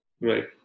Right